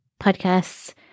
podcasts